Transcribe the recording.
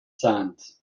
sons